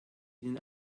ihnen